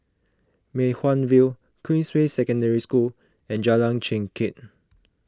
Mei Hwan View Queensway Secondary School and Jalan Chengkek